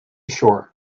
sure